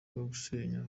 gusenya